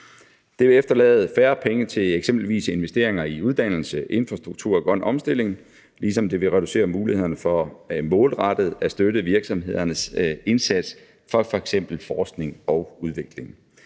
Det vil efterlade færre penge til eksempelvis investeringer i uddannelse, infrastruktur og grøn omstilling, ligesom det vil reducere mulighederne for målrettet at støtte virksomhedernes indsats inden for f.eks. forskning og udvikling.